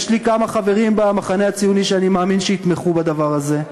יש לי כמה חברים במחנה הציוני שאני מאמין שיתמכו בדבר הזה,